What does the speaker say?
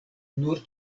nur